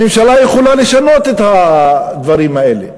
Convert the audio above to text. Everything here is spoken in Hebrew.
הממשלה יכולה לשנות את הדברים האלה,